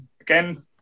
again